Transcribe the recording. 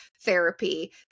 therapy